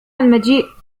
المجيء